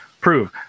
prove